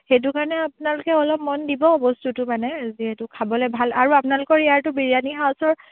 সেইটো কাৰণে আপোনালোকে অলপ মন দিব বস্তুটো মানে যিহেতু খাবলৈ ভাল আৰু আপোনালোকৰ ইয়াৰতো বিৰিয়ানী হাউছৰ